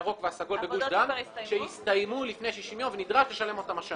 הירו7ק והסגול בגוש דן שהסתיימו לפני 60 ימים ונדרש לשלם השנה.